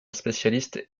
spécialiste